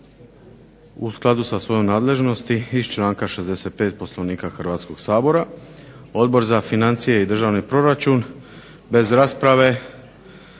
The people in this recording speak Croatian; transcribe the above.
U skladu sa svojom nadležnosti iz članka 65. Poslovnika Hrvatskog sabora Odbor za financije i državni proračun bez rasprave